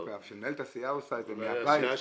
כשמנהלת הסיעה עושה את זה מהבית --- הסיעה